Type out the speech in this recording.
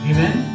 Amen